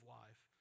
life